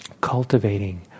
cultivating